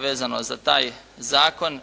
vezano za taj zakon.